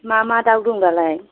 मा मा दाउ दं दालाय